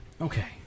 Okay